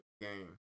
game